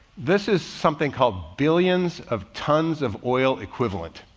this is something called billions of tons of oil equivalent.